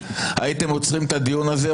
הייתם עוצרים את הדיון הזה,